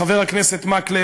חבר הכנסת מקלב,